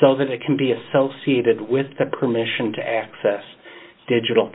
so that it can be associated with the permission to access digital